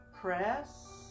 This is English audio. Press